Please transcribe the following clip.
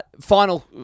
Final